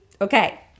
okay